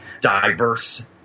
diverse